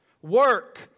Work